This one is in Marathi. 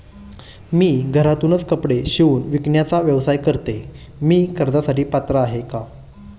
मी घरातूनच कपडे शिवून विकण्याचा व्यवसाय करते, मी कर्जासाठी पात्र आहे का?